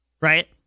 right